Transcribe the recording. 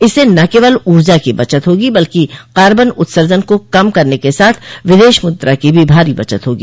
इससे न केवल ऊर्जा की बचत होगी बल्कि कार्बन उत्सर्जन को कम करने के साथ विदेश मुद्रा की भी भारी बचत होगी